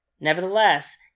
Nevertheless